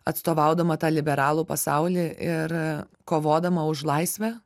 atstovaudama tą liberalų pasaulį ir kovodama už laisvę